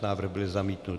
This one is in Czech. Návrh byl zamítnut.